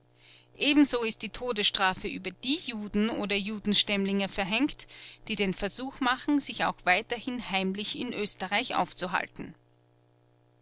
ebenso ist die todesstrafe über die juden oder judenstämmlinge verhängt die den versuch machen sich auch weiterhin heimlich in oesterreich aufzuhalten